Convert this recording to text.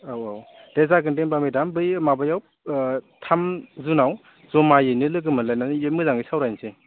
औ औ दे जागोन दे होनबा मेदाम बैयो माबायाव थाम जुनाव जमायैनो लोगो मोनलायनानै जों मोजाङै सावरायनोसै